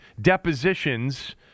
depositions